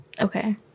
Okay